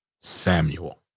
Samuel